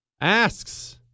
asks